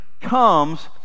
comes